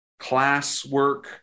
classwork